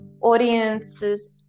audiences